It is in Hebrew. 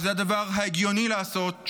שזה הדבר ההגיוני לעשות,